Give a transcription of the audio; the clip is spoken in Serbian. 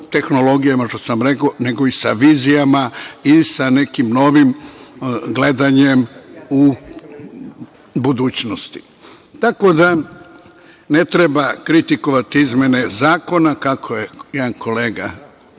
tehnologijama, što sam rekao, nego i sa vizijama, sa nekim novim gledanjem u budućnost. Ne treba kritikovati izmene zakona kako je jedan kolega